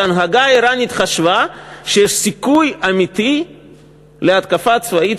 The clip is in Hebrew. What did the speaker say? כי ההנהגה האיראנית חשבה שיש סיכוי אמיתי להתקפה צבאית